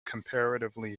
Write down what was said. comparatively